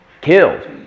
killed